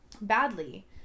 badly